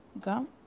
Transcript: gum